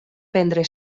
prendre